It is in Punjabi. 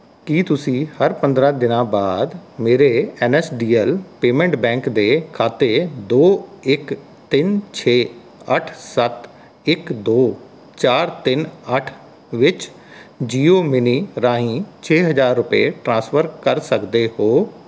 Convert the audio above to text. ਕੀ ਤੁਸੀਂ ਹਰ ਪੰਦਰਾਂ ਦਿਨਾਂ ਬਾਅਦ ਮੇਰੇ N S D L payment bank ਦੇ ਖਾਤੇ ਦੋ ਇੱਕ ਤਿੰਨ ਛੇ ਅੱਠ ਸੱਤ ਇੱਕ ਦੋ ਚਾਰ ਤਿੰਨ ਅੱਠ ਵਿੱਚ ਜੀਓ ਮਨੀ ਰਾਹੀਂ ਛੇ ਹਜ਼ਾਰ ਰੁਪਏ ਟ੍ਰਾਂਸਫਰ ਕਰ ਸਕਦੇ ਹੋ